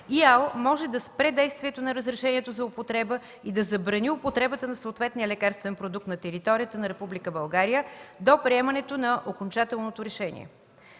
ИАЛ може да спре действието на разрешението за употреба и да забрани употребата на съответния лекарствен продукт на територията на Република България до приемането на окончателното решение.